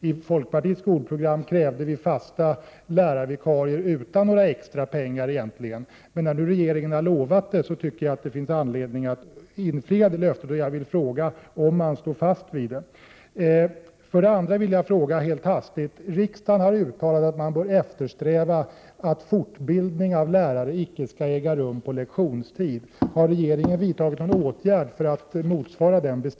I folkpartiets skolprogram krävde vi fasta lärarvikarier utan några extrapengar. Men när nu regeringen har lovat sådana, så tycker jag det finns anledning att infria löftet, och jag vill fråga om man står fast vid det.